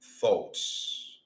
thoughts